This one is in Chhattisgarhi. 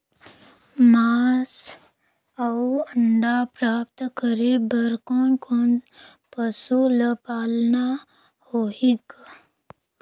मांस अउ अंडा प्राप्त करे बर कोन कोन पशु ल पालना होही ग?